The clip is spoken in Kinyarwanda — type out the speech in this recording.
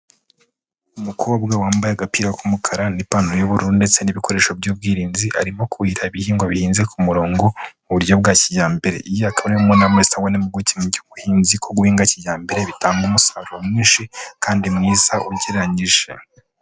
Umukobwa wambaye agapira k'umukara n'iropanta y'ubururu ndetse n'ibikoresho by'ubwirinzi, arimo kuhira ibihingwa bihinze ku murongo mu buryo bwa kijyambere. Iyi akaba ari mu nama zitangwa n'impuguke mu by'ubuhinzi ko guhinga kijyambere bitanga umusaruro mwinshi, kandi mwiza ugereranyije.